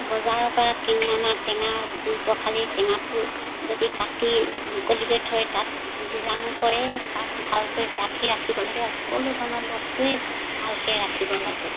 বজাৰৰ পৰা কিনি অনা টেঙা ধুই পখালি টেঙাটো যদি কাটি মুকলিকৈ থয় তাত বীজাণু পৰে তাক ভালকৈ ঢাকি ৰাখিব লাগে সকলো ধৰণৰ বস্তুৱেই ভালকৈ ৰাখিব লাগে